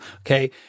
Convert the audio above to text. okay